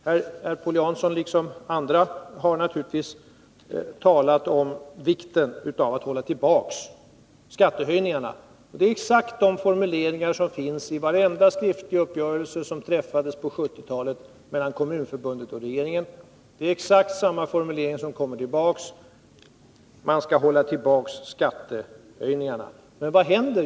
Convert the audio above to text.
Herr Paul Jansson har naturligtvis liksom andra talat om vikten av att hålla tillbaka skattehöjningar. Det är exakt de formuleringar som finns i varenda skriftlig uppgörelse som träffades på 1970-talet mellan Kommunförbundet och regeringen — att hålla tillbaka skattehöjningarna. Men vad händer?